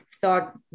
thought